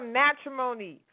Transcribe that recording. matrimony